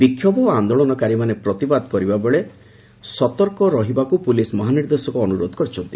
ବିକ୍ଷୋଭ ଓ ଆନ୍ଦୋଳନକାରୀମାନେ ପ୍ରତିବାଦ କରିବା ବେଳେ ସତର୍କ ରହିବାକୁ ପୁଲିସ୍ ମହାନିର୍ଦ୍ଦେଶକ ଅନୁରୋଧ କରିଛନ୍ତି